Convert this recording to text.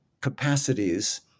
capacities